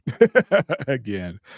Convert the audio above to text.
again